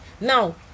Now